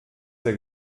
der